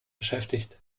beschäftigt